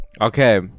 Okay